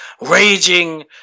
raging